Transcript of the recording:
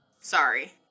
Sorry